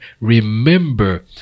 remember